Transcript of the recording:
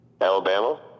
Alabama